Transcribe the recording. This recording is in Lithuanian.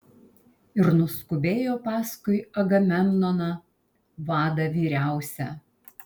ir nuskubėjo paskui agamemnoną vadą vyriausią